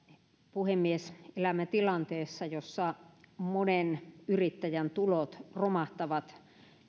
puhemies elämme tilanteessa jossa monen yrittäjän tulot romahtavat